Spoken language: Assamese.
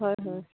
হয় হয়